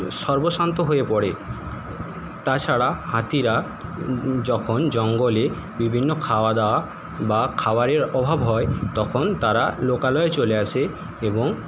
সর্বস্বান্ত হয়ে পড়ে তাছাড়া হাতিরা যখন জঙ্গলে বিভিন্ন খাওয়া দাওয়া বা খাবারের অভাব হয় তখন তারা লোকালয়ে চলে আসে এবং